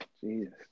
Jesus